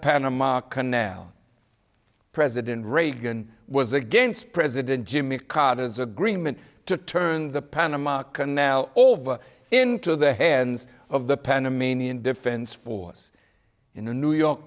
panama canal president reagan was against president jimmy carter's agreement to turn the panama canal over into the hands of the panamanian defense force in the new york